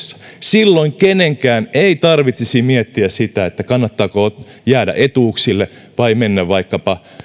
silloin kenenkään ei tarvitsisi miettiä sitä kannattaako jäädä etuuksille vai mennä vaikkapa